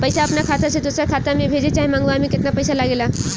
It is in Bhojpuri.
पैसा अपना खाता से दोसरा खाता मे भेजे चाहे मंगवावे में केतना पैसा लागेला?